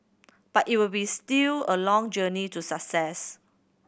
but it will be still a long journey to success